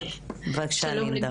בבקשה, לינדה.